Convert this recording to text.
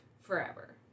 forever